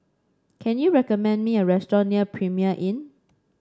can you recommend me a restaurant near Premier Inn